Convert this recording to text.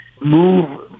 move